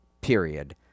period